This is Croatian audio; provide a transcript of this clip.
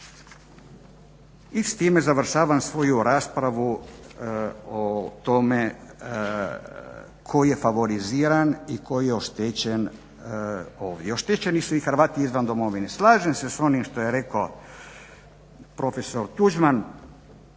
I s time završavam svoju raspravu o tome tko je favoriziran i tko je oštećen ovdje. Oštećeni su i Hrvati izvan domovine. Slažem s onim što je rekao profesor Tuđman